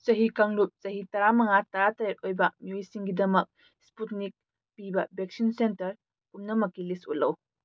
ꯆꯍꯤ ꯀꯥꯡꯂꯨꯞ ꯆꯍꯤ ꯇꯔꯥꯃꯉꯥ ꯇꯔꯥꯇꯔꯦꯠ ꯑꯣꯏꯕ ꯃꯤꯌꯣꯏꯁꯤꯡꯒꯤꯗꯃꯛ ꯁ꯭ꯄꯨꯠꯅꯤꯛ ꯄꯤꯕ ꯚꯦꯛꯁꯤꯟ ꯁꯦꯟꯇꯔ ꯄꯨꯝꯅꯃꯛꯀꯤ ꯂꯤꯁ ꯎꯠꯂꯛꯎ